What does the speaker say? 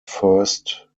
first